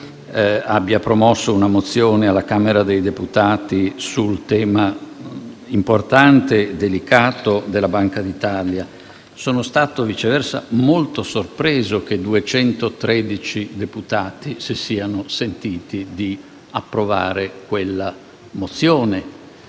abbia promosso una mozione sul tema importante e delicato della Banca d'Italia. Sono stato, viceversa, molto sorpreso del fatto che 213 deputati si siano sentiti di approvare quella mozione.